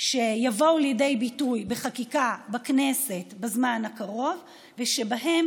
שיבואו לידי ביטוי בחקיקה בכנסת בזמן הקרוב ושבהן